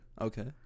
Okay